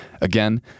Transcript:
Again